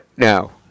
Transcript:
Now